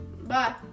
Bye